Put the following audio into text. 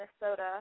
Minnesota